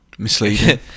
misleading